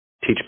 teach